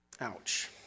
Ouch